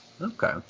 Okay